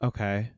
Okay